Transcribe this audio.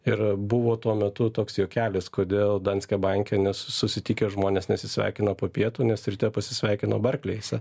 ir buvo tuo metu toks juokelis kodėl danske banke ne susitikę žmonės nesisveikino po pietų nes ryte pasisveikino barklaise